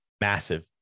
massive